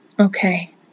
Okay